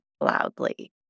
loudly